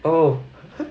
oh